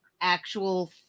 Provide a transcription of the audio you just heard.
actual